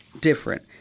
different